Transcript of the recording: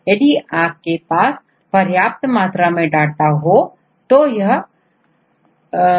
यदि हमारे पास पर्याप्त मात्रा में डाटा है तो रेसिड्यू उसकी जानकारी प्राप्त की जा सकती है